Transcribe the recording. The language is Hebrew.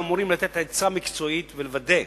שאמורים לתת עצה מקצועית ולוודא,